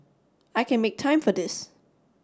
I can make time for this